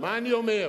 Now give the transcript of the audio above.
מה אני אומר?